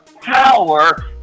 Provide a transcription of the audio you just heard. power